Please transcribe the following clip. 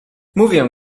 mówię